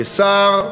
כשר,